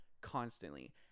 constantly